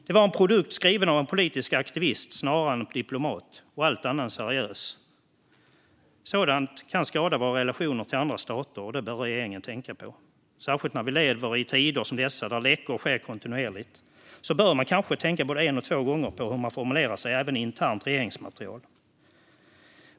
Det var en produkt skriven av en politisk aktivist snarare än en diplomat, och den var allt annat än seriös. Sådant kan skada våra relationer till andra stater, och det bör regeringen tänka på. Särskilt när vi lever i tider som dessa, där läckor sker kontinuerligt, bör man kanske tänka både en och två gånger på hur man formulerar sig även i internt regeringsmaterial.